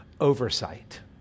oversight